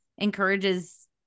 encourages